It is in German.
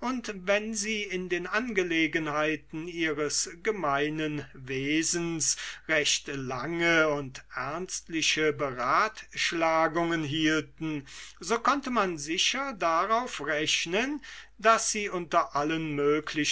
und wenn sie in den angelegenheiten ihres gemeinen wesens recht lange und ernstliche beratschlagungen hielten so konnte man sicher darauf rechnen daß sie unter allen möglichen